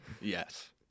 Yes